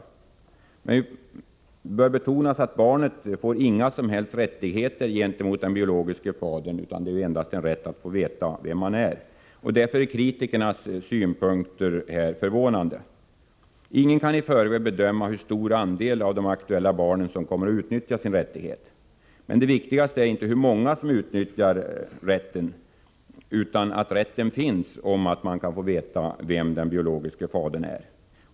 Det bör betonas att barnet inte får några som helst rättigheter gentemot den biologiske fadern, utan endast rätt att få veta vem han är. Därför är kritikernas synpunkter förvånande. Ingen kan i förväg bedöma hur stor andel av de aktuella barnen som kommer att utnyttja sin rättighet. Men det viktigaste är inte hur många som utnyttjar rätten utan att rätten finns att få veta vem den biologiske fadern är.